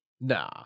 Nah